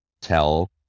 tell